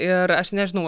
ir aš nežinau